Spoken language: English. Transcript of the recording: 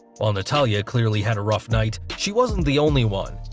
um natalya clearly had a rough night, she wasn't the only one,